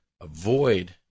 avoid